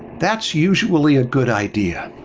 that's usually a good idea.